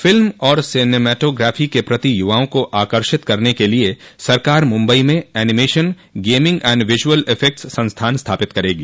film और cinematography के प्रति युवाओं को आकर्षित करने के लिए सरकार मंबई में animation gaming and visual effects संस्थान स्थापित करेगी